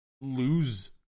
lose